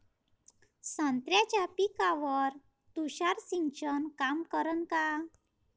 संत्र्याच्या पिकावर तुषार सिंचन काम करन का?